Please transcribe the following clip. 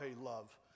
love